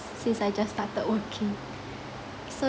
since I just started working so